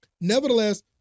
nevertheless